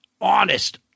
honest